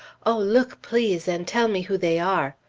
oh, look, please, and tell me who they are!